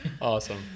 Awesome